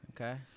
Okay